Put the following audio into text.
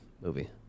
movie